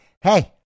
hey